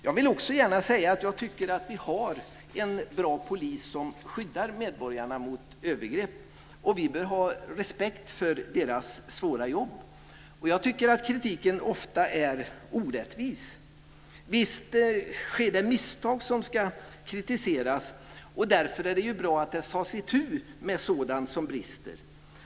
Jag tycker att vi har en bra polis som skyddar medborgarna mot övergrepp. Och vi bör ha respekt för deras svåra jobb. Kritiken är ofta orättvis. Visst sker det misstag som ska kritiseras. Därför är det bra att man tar itu med sådant som brister.